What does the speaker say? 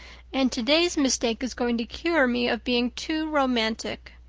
and today's mistake is going to cure me of being too romantic.